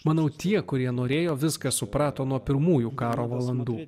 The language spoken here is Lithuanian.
manau tie kurie norėjo viską suprato nuo pirmųjų karo valandų